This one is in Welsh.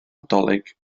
nadolig